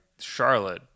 Charlotte